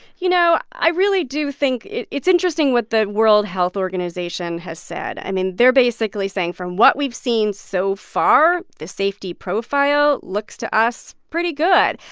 you know, i really do think it's interesting what the world health organization has said. i mean, they're basically saying, from what we've seen so far, the safety profile looks to us pretty good.